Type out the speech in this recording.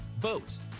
boats